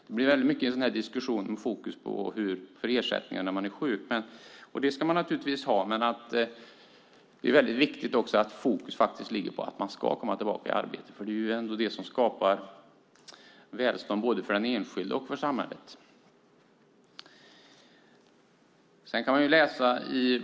Det blir annars mycket en diskussion med fokus på ersättning vid sjukdom, och det ska man givetvis ha. Det är dock viktigt att fokus ligger på att man ska komma tillbaka i arbete, för det är ändå det som skapar välstånd både för den enskilde och för samhället.